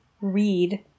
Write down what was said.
read